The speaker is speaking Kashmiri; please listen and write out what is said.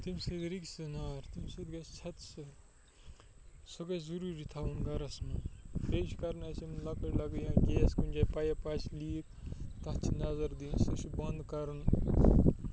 تمہِ سۭتۍ رُکہِ سُہ نار تمہِ سۭتۍ گژھِ ژھٮ۪تہٕ سُہ سُہ گژھِ ضٔروٗری تھاوُن گَرَس منٛز بیٚیہِ چھُ کَرُن اَسہِ یِم لۄکٕٹۍ لۄکٕٹۍ یا گیس کُنہِ جاے پایِپ آسہِ لیٖک تَتھ چھِ نظر دِنۍ سُہ چھِ بنٛد کَرُن